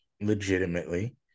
legitimately